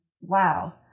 wow